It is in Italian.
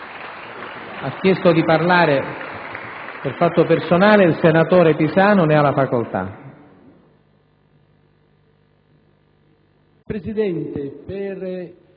Ha chiesto di parlare per fatto personale il senatore Pisanu. Ne ha facoltà.